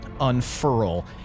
unfurl